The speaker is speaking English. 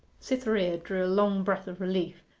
cytherea drew a long breath of relief,